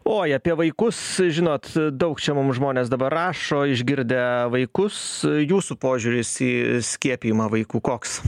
oi apie vaikus žinot daug čia mum žmonės dabar rašo išgirdę vaikus jūsų požiūris į skiepijimą vaikų koks